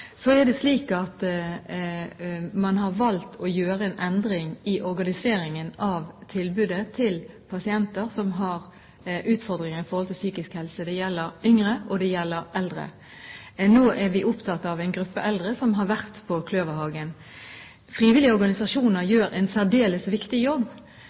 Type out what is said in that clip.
Man har valgt å gjøre en endring i organiseringen av tilbudet til pasienter som har utfordringer når det gjelder psykisk helse. Det gjelder yngre, og det gjelder eldre. Nå er vi opptatt av en gruppe eldre som har vært på Kløverhagen. Frivillige organisasjoner gjør en særdeles viktig jobb,